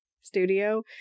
studio